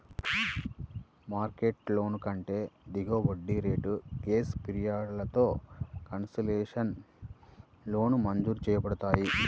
market లోన్ల కంటే దిగువ వడ్డీ రేట్లు, గ్రేస్ పీరియడ్లతో కన్సెషనల్ లోన్లు మంజూరు చేయబడతాయి